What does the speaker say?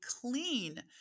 clean